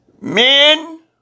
Men